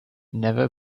never